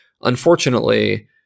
Unfortunately